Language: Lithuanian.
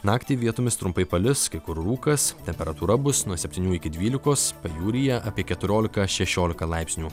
naktį vietomis trumpai palis kai kur rūkas temperatūra bus nuo septynių iki dvylikos pajūryje apie keturiolika šešiolika laipsnių